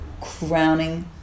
crowning